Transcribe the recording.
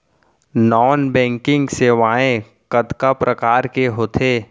non banking सेवाएं कतका प्रकार के होथे